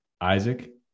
Isaac